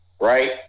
right